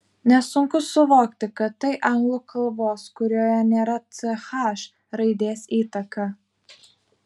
nesunku suvokti kad tai anglų kalbos kurioje nėra ch raidės įtaka